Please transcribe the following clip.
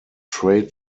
trade